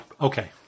Okay